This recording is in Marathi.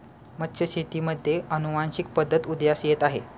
मत्स्यशेतीमध्ये अनुवांशिक पद्धत उदयास येत आहे